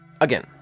Again